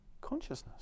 consciousness